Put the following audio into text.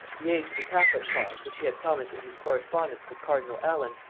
the aid to the catholic cause, which he had promised in his correspondence with cardinal allen,